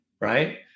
right